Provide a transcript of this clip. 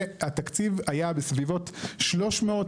והתקציב היה בסביבות 320